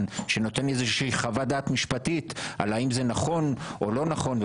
שנותן חוות דעת משפטית על האם זה נכון או לא נכון.